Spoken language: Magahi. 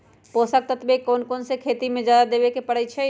पोषक तत्व क कौन कौन खेती म जादा देवे क परईछी?